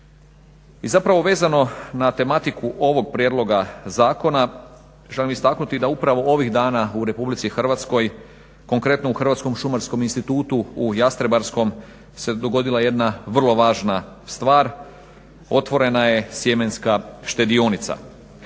I zapravo vezano na tematiku ovoga Prijedloga zakona, želim istaknuti da upravo ovih dana u Republici Hrvatskoj konkretno u Hrvatskom šumarskom institutu u Jastrebarskom se dogodila jedna vrlo važna stvar, otvorena je sjemenska štedionica.